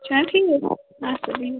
چھُنہ ٹھیٖک اَدٕسا ٹھیٖک